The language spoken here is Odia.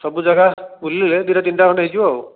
ସବୁ ଜାଗା ବୁଲିଲେ ଦୁଇଟା ତିନିଟା ଖଣ୍ଡେ ହୋଇଯିବ ଆଉ